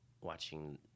watching